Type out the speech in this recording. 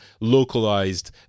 localized